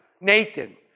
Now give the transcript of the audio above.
Nathan